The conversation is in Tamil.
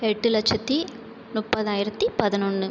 எட்டு லட்சத்தி முப்பதாயிரத்தி பதினொன்று